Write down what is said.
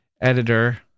editor